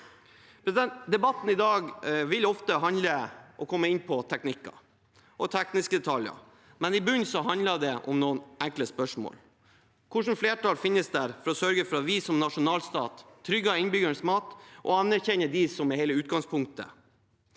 Debatten i dag vil ofte handle om og komme inn på teknikker og tekniske detaljer, men i bunnen handler det om noen enkle spørsmål. Hvilket flertall finnes for å sørge for at vi som nasjonalstat trygger innbyggernes mat og anerkjenner dem som er hele utgangspunktet?